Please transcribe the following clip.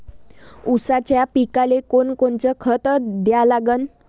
ऊसाच्या पिकाले कोनकोनचं खत द्या लागन?